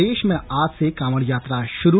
प्रदेश में आज से कांवड़ यात्रा शुरू